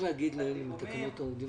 הזיהומים